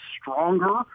stronger